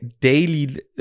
daily